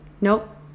nope